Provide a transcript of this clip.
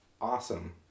awesome